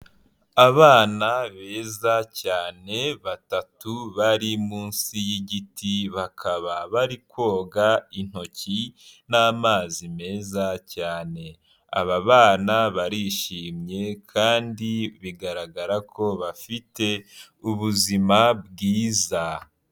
Abana beza cyane batatu bari munsi y'igiti bakaba bari koga intoki n'amazi meza cyane, aba bana barishimye kandi bigaragara ko bafite ubuzima bwiza.